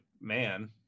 man